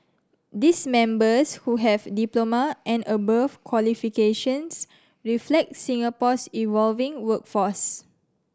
these members who have diploma and above qualifications reflect Singapore's evolving workforce